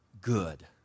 good